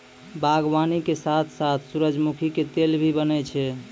बागवानी के साथॅ साथॅ सूरजमुखी के तेल भी बनै छै